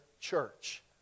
church